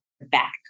back